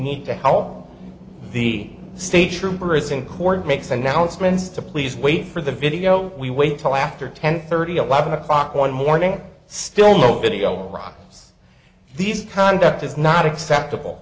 need to help the stage trooper is in court and makes announcements to please wait for the video we wait until after ten thirty eleven o'clock one morning still no video yes these conduct is not acceptable